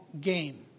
game